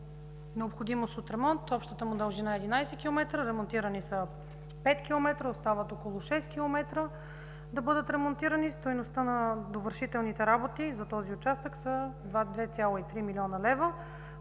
необходимост от ремонт. Общата му дължина е 11 км, ремонтирани са 5 км, остават около 6 км да бъдат ремонтирани. Стойността на довършителните работи за този участък е 2,3 млн. лв.,